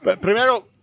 primero